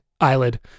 eyelid